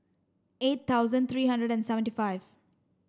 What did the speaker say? eight thousand three hundred and seventy five